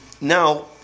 now